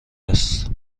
است